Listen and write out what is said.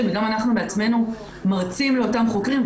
וגם אנחנו בעצמנו מרצים לאותם חוקרים.